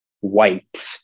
white